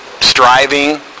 striving